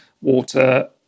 water